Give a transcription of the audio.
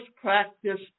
practice